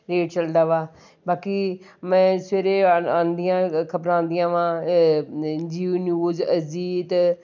ਚਲਦਾ ਵਾ ਬਾਕੀ ਮੈਂ ਸਵੇਰੇ ਅ ਆਉਂਦੀਆਂ ਖਬਰਾਂ ਆਉਂਦੀਆਂ ਵਾਂ ਜੀ ਨਿਊਜ਼ ਅਜ਼ੀਤ